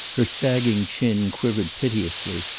her sagging chin quivered piteously,